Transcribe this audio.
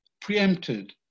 preempted